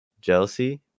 jealousy